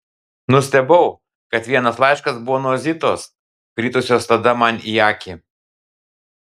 nustebau kad vienas laiškas buvo nuo zitos kritusios tada man į akį